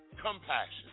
compassion